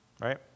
right